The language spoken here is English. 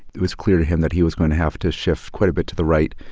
it was clear to him that he was going to have to shift quite a bit to the right.